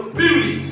beauty